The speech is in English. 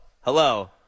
hello